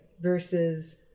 versus